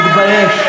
תתבייש.